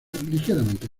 ligeramente